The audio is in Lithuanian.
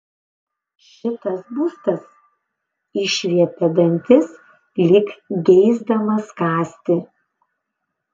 šitas būstas išviepia dantis lyg geisdamas kąsti